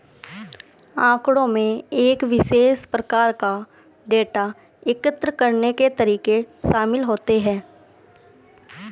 आँकड़ों में एक विशेष प्रकार का डेटा एकत्र करने के तरीके शामिल होते हैं